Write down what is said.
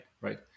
right